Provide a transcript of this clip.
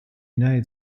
united